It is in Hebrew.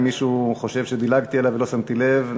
אם מישהו חושב שדילגתי עליו ולא שמתי לב,